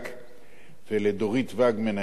ולדורית ואג מנהלת הוועדה,